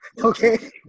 Okay